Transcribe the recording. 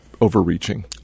overreaching